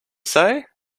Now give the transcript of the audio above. say